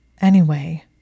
Anyway